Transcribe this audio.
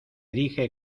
dije